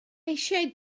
eisiau